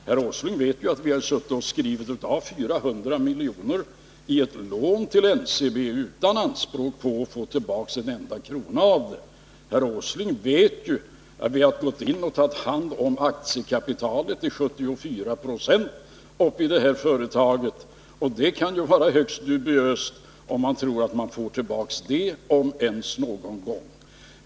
Herr Åsling vet att vi skrivit av 400 miljoner i ett lån till NCB utan anspråk på att få tillbaka en enda krona. Herr Åsling vet att vi gått in och tagit hand om aktiekapitalet till 74 96 i det här företaget, och det kan vara högst dubiöst om vi ens får tillbaka det någon gång.